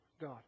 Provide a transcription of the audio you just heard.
God